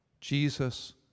Jesus